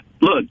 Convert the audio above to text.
look